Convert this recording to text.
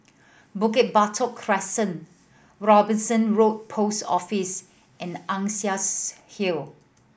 Bukit Batok Crescent Robinson Road Post Office and Ann Hill